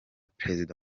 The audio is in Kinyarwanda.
perezida